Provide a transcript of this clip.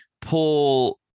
pull